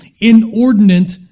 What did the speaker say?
inordinate